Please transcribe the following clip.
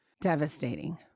devastating